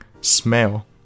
smell